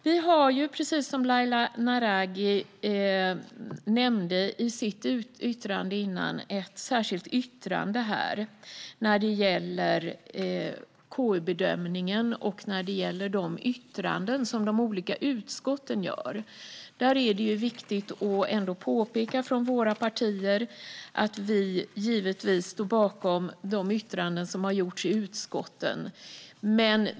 Vi har ju, som Laila Naraghi nämnde i sitt anförande, ett särskilt yttrande när det gäller KU-bedömningen och yttrandena från de olika utskotten. Det är viktigt att från våra partier påpeka att vi givetvis står bakom de yttranden som har gjorts i utskotten.